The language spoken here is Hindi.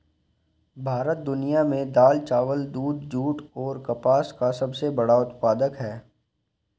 भारत दुनिया में दाल, चावल, दूध, जूट और कपास का सबसे बड़ा उत्पादक है